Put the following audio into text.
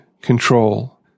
control